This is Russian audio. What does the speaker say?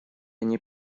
они